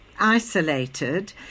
isolated